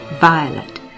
violet